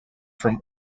from